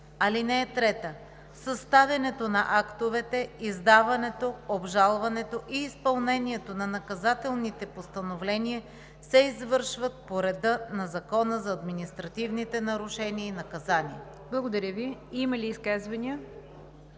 (3) Съставянето на актовете, издаването, обжалването и изпълнението на наказателните постановления се извършват по реда на Закона за административните нарушения и наказания.“ ПРЕДСЕДАТЕЛ НИГЯР ДЖАФЕР: Изказвания?